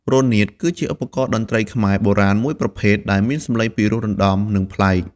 រនាត គឺជា ឧបករណ៍តន្ត្រីខ្មែរ បុរាណមួយប្រភេទ ដែលមានសំឡេងពិរោះរណ្ដំ និងប្លែក។